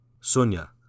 Sonia